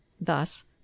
thus